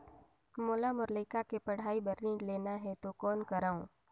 मोला मोर लइका के पढ़ाई बर ऋण लेना है तो कौन करव?